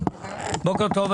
בוקר טוב.